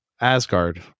Asgard